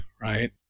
right